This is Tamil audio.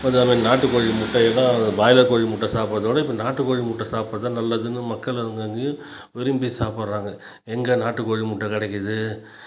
அதேமாரி நாட்டு கோழி முட்டையெல்லாம் பாய்லர் கோழி முட்டை சாப்பிடுறதோட இப்போ நாட்டு கோழி முட்டை சாப்பிட்றதுதான் நல்லதுனு மக்கள் அங்கங்கையும் வந்து விரும்பி சாப்பிடுறாங்க எங்கே நாட்டு கோழி முட்டை கிடைக்குது